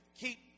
keep